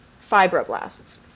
fibroblasts